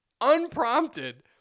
unprompted